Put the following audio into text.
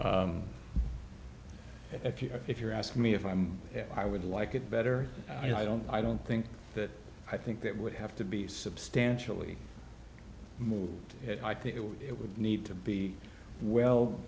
that if you're if you're asking me if i'm yeah i would like it better i don't i don't think that i think that would have to be substantially more i think it would need to be well